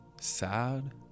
Sad